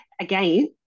again